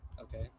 Okay